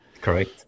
Correct